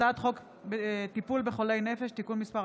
הצעת חוק טיפול בחולי נפש (תיקון מס'